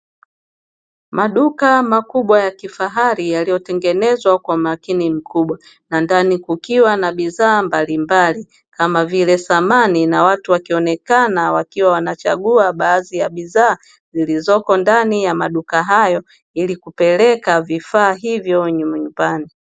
Maduka makubwa ya kifahari yaliyo tengenezwa kwa umakini mkubwa na ndani kukiwa na bidhaa mbalimbali kama vile samani, na watu wakionekana wakiwa wanachagua baadhi ya bidhaa zilizoko ndani ya maduka hayo ili kupeleka vifaa hivyo nyumbani.